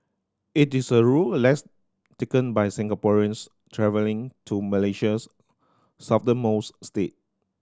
it is a route less taken by Singaporeans travelling to Malaysia's southernmost state